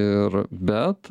ir bet